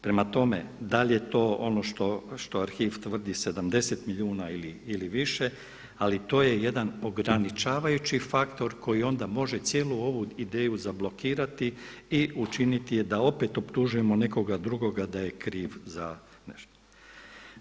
Prema tome, da li je to ono što arhiv tvrdi 70 milijuna ili više, ali to je jedan ograničavajući faktor koji onda može cijelu ovu ideju zablokirati i učiniti je da opet optužujemo nekog drugoga da je kriv za nešto.